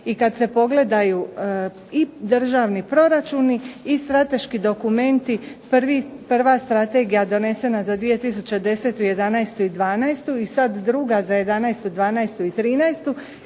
I kad se pogledaju i državni proračuni i strateški dokumenti, prva strategija donesena za 2010., jedanaestu i dvanaestu i sad druga za jedanaestu,